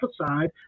aside